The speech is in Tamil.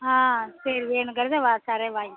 ஆ சரி வேணுங்கிறதா வா தரேன் வாங்கிக்கோங்க